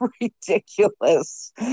ridiculous